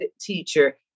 teacher